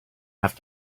have